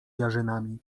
jarzynami